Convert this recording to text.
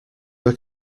were